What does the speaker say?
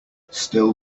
still